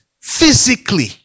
physically